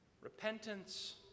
Repentance